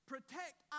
protect